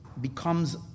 becomes